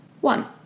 One